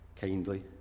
kindly